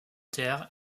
terre